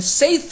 say